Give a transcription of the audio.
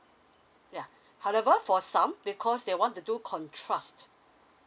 yeah however for some because they want to do contrast